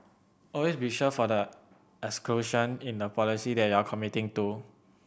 always be sure for the exclusion in the policy that you are committing to